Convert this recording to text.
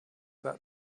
that